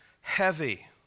heavy